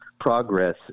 progress